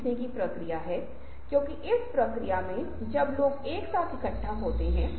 ज्यादातर चीजें उस तरह की चीज पर केंद्रित होती हैं